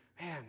man